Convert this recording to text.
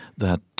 that,